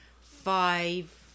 five